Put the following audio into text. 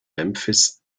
memphis